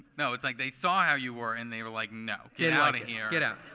no, it's like, they saw how you were, and they were like, no, get out of here. get out.